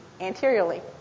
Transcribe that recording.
anteriorly